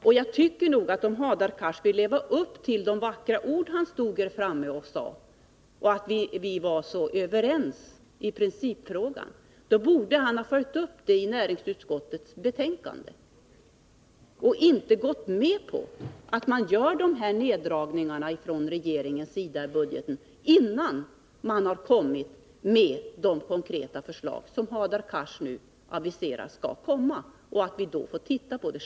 Om Hadar Cars verkligen har de åsikter som han gav uttryck för i sina vackra ord här från talarstolen och om hans påstående att vi är överens i principfrågan är riktigt, då borde han inte i näringsutskottet ha gått med på att man gör dessa neddragningar i budgeten innan de konkreta förslag har lagts fram som Hadar Cars aviserade skall komma.